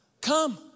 come